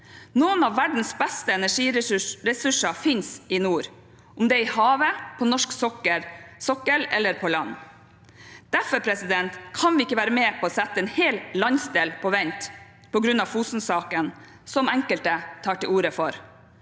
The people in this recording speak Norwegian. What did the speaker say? Noen av verdens beste energiressurser finnes i nord, om det er i havet, på norsk sokkel eller på land. Derfor kan vi ikke være med på å sette en hel landsdel på vent på grunn av Fosen-saken, som enkelte tar til orde for.